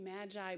magi